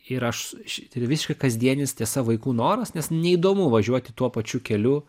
ir aš tai yra visiškai kasdienis tiesa vaikų noras nes neįdomu važiuoti tuo pačiu keliu